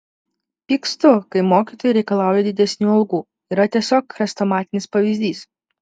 pykstu kai mokytojai reikalauja didesnių algų yra tiesiog chrestomatinis pavyzdys